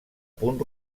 punt